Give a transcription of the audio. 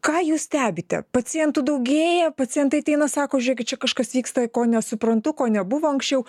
ką jūs stebite pacientų daugėja pacientai ateina sako žiūrėkit čia kažkas vyksta ko nesuprantu ko nebuvo anksčiau